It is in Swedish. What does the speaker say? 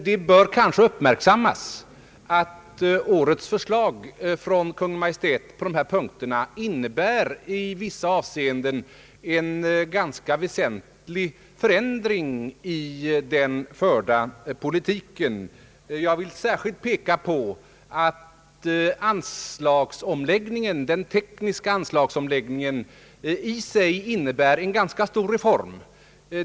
Det bör kanske uppmärksammas att årets förslag från Kungl. Maj:t på dessa punkter i vissa avseenden innebär en ganska väsentlig förändring i den förda politiken. Jag vill särskilt peka på att den tekniska anslagsomläggningen i sig innebär en ganska stor reform.